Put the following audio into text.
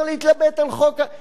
אין התירוץ הזה של